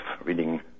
reading